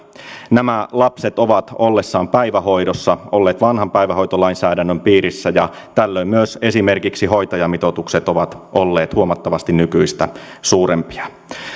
nämä lapset ovat ollessaan päivähoidossa olleet vanhan päivähoitolainsäädännön piirissä ja tällöin myös esimerkiksi hoitajamitoitukset ovat olleet huomattavasti nykyistä suurempia